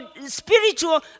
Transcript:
spiritual